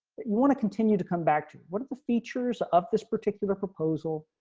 that you want to continue to come back to what are the features of this particular proposal.